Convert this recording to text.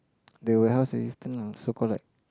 the warehouse assistant lah so call like